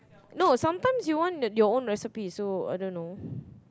no sometimes you want the your own recipe so I don't know